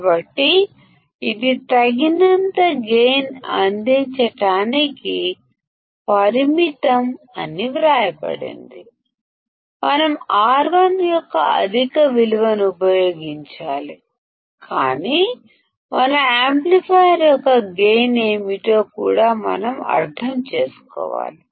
కాబట్టి ఇది తగినంత గైన్ అందించడానికి పరిమితం అని వ్రాయబడింది మనం R1 యొక్క అధిక విలువను ఉపయోగించాలి కాని మన యాంప్లిఫైయర్ యొక్క గైన్ ఏమిటో కూడా మనం అర్థం చేసుకోవాలి